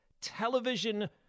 television